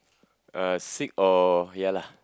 uh sick or ya lah